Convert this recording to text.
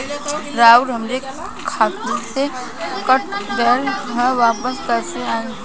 आऊर हमरे खाते से कट गैल ह वापस कैसे आई?